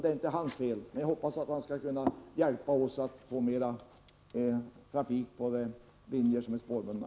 Det är inte hans fel. Men jag hoppas att han skall kunna hjälpa oss att få mer trafik på linjer som är spårbundna.